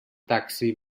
taxi